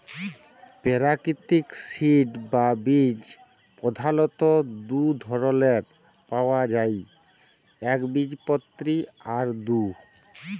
পেরাকিতিক সিড বা বীজ পধালত দু ধরলের পাউয়া যায় একবীজপত্রী আর দু